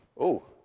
oh,